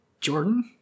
Jordan